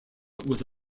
was